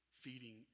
feeding